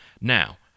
Now